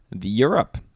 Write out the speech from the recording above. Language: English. Europe